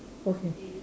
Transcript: okay